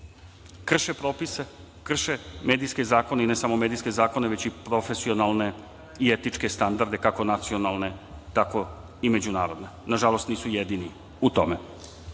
krše propise, krše medijske zakone i ne samo medijske zakone, već i profesionalne i etičke standarde, kako nacionalne, tako i međunarodne. Nažalost, nisu jedini u tome. Ono